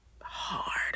hard